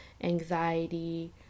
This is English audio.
anxiety